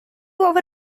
our